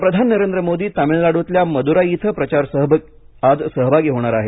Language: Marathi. पंतप्रधान नरेंद्र मोदी तामिळनाडूतल्या मदुराई इथं प्रचारसभेत सहभागी होणार आहेत